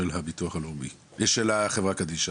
החברה קדישא.